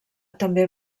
també